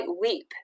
weep